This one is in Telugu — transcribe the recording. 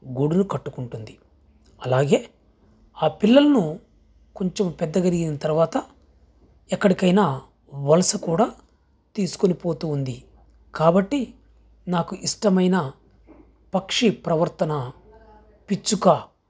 గూడును కట్టుకుంటుంది అలాగే ఆ పిల్లల్ను కొంచెం పెద్దగెదిగిన తర్వాత ఎక్కడికైనా వలస కూడా తీసుకొని పోతూ ఉంది కాబట్టి నాకు ఇష్టమైన పక్షి ప్రవర్తన పిచ్చుక